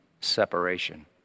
separation